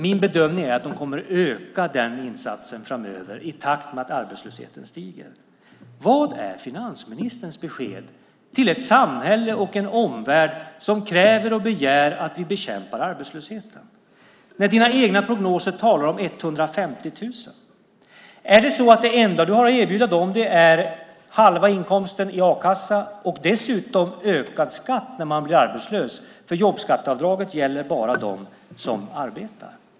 Min bedömning är att den insatsen kommer att öka framöver i takt med att arbetslösheten stiger. Vad är finansministerns besked till ett samhälle och en omvärld som kräver och begär att vi bekämpar arbetslösheten när det i dina egna prognoser talas om 150 000? Är det enda som du har att erbjuda dem halva inkomsten i a-kassa och dessutom ökad skatt när de blir arbetslösa? Jobbskatteavdraget gäller bara dem som arbetar.